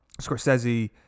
Scorsese